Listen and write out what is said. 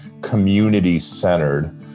community-centered